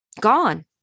gone